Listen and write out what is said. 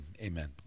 Amen